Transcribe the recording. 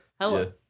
Hello